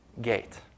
gate